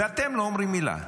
ואתם לא אומרים מילה.